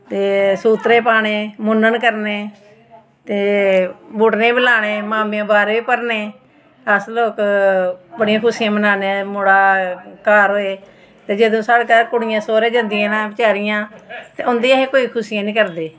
ते सूत्रे पाने मुनन करने ते बुटने बी लाने माम्मे भाह्रे बी भरने अस लोक बड़ियां खुशियां मनान्ने मुड़ा घर होए ते जदूं सारे घर कुड़ियां सौह्रे जंदियां न बचैरियां ते उं'दी अस कोई खुशी निं करदे